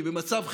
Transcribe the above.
כי במצב חירום,